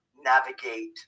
navigate